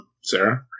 Sarah